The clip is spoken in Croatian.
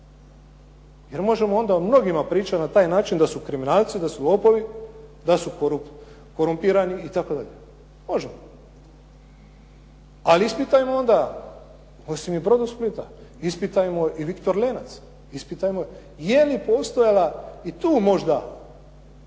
Jer možemo onda o mnogima pričati da su kriminalci da su lopovi, da su korumpirani itd. možemo. Ali ispitajmo onda osim Brodosplita, ispitajmo i Viktor Lenac, ispitajmo. Je li postojala i tu možda